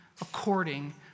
according